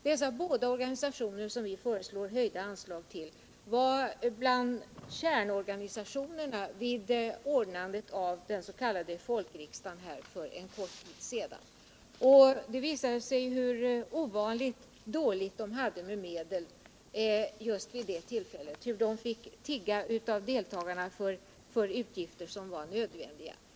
De båda organisationer som vi föreslagit höjda anslag till var bland kärnorganisationer vid anordnandet av den s.k. folkriksdagen för kort tid sedan. Det visade sig att de hade ovanligt dåligt med medel just vid det tillfället. De fick tigga av deltagarna för utgifter som var nödvändiga.